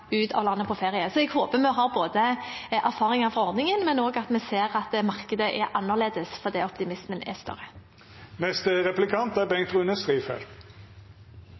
ut av landet på ferie. Så jeg håper vi både har erfaringer fra ordningen og ser at markedet er annerledes fordi optimismen er større.